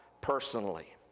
personally